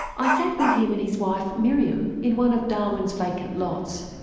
i sat with him and his wife miriam in one of darwin's vacant lots.